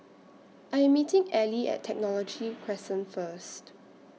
I Am meeting Ally At Technology Crescent First